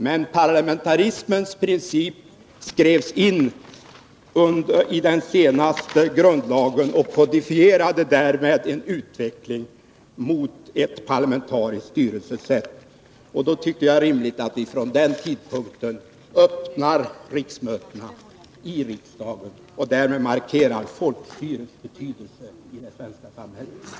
Men parlamentarismens princip skrevs in i den senaste grundlagen och kodifierade därmed en utveckling mot ett parlamentariskt styrelsesätt. Därför tycker jag att det är rimligt att vi från den tidpunkten öppnar riksmötena i riksdagen och därmed markerar folkstyrets betydelse i det svenska samhället.